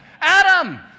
Adam